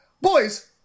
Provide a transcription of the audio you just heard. Boys